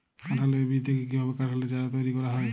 কাঁঠালের বীজ থেকে কীভাবে কাঁঠালের চারা তৈরি করা হয়?